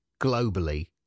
globally